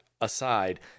aside